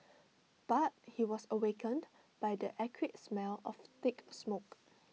but he was awakened by the acrid smell of thick smoke